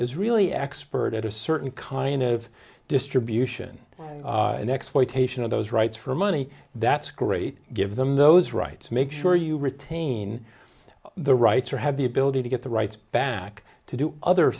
really expert at a certain kind of distribution and exploitation of those rights for money that's great give them those rights make sure you retain the rights or have the ability to get the rights back to do other